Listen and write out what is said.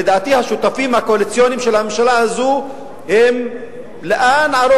לדעתי השותפים הקואליציוניים של הממשלה הזו הם לאין-ערוך